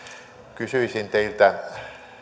kysyisin teiltä